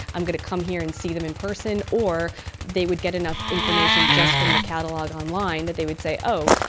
i'm going to come here and see them in person, or they would get enough information just from the catalogue online that they would say, oh,